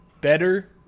better